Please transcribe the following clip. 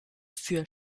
für